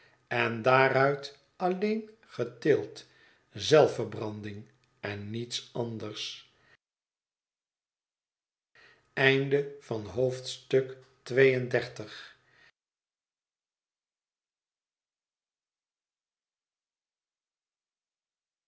en daaruit alleen geteeld zelfverbranding en niets anders